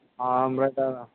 ओमफ्राय सारा